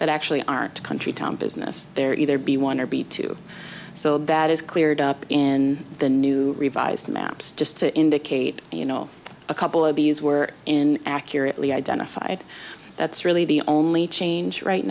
that actually aren't a country town business there either be one or be two so that is cleared up in the new revised maps just to indicate you know a couple of these were in accurately identified that's really the only change right